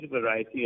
variety